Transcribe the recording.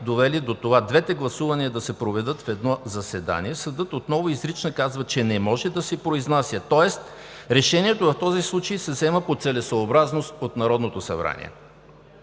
довели до това двете гласувания да се проведат в едно заседание – Съдът отново изрично казва, че не може да се произнася, тоест решението в този случай се взима по целесъобразност от Народното събрание.